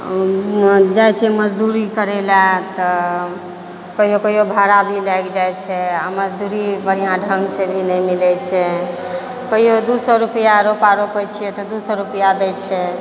जाइ छियै मजदूरी करै लए तऽ कहियौ कहियौ भाड़ा भी लागि जाइ छै आओर मजदूरी बढ़िआँ ढङ्गसँ भी नहि मिलै छै कहियौ दू सए रुपिआ रोपा रोपै छियै तऽ दू सए रुपिआ दै छै